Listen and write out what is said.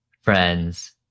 Friends